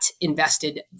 invested